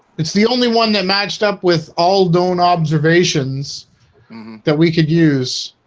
it's the only one that matched up with all don't observations that we could use